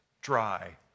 dry